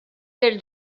del